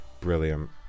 Brilliant